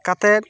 ᱠᱟᱛᱮᱫ